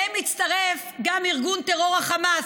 אליהם מצטרף גם ארגון טרור החמאס,